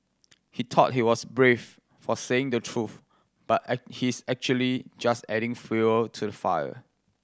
he thought he was brave for saying the truth but he is actually just adding fuel to the fire